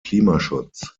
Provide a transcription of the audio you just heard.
klimaschutz